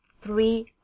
Three